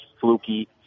fluky